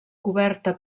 coberta